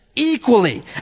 equally